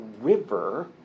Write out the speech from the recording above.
river